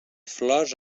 flors